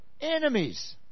enemies